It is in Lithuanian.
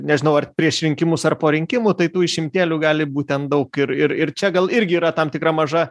nežinau ar prieš rinkimus ar po rinkimų tai tų išimtėlių gali būt ten daug ir ir ir čia gal irgi yra tam tikra maža